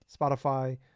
Spotify